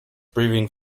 breathing